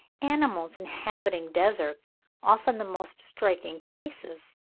animals inhabiting deserts offer the most striking cases,